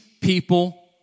people